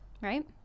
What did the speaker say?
right